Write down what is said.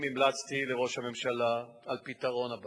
המלצתי לראש הממשלה על פתרון הבעיה,